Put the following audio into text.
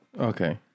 Okay